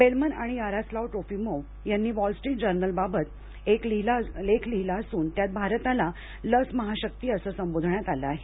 Bellman आणि Yaroslav Trofimov यांनी Wall Street Journal याबाबत एक लेख लिहिला असून त्यात भारताला लस महाशक्ती असं संबोधण्यात आलं आहे